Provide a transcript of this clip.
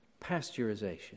pasteurization